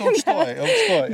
aukštoj aukštoj